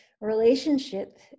relationship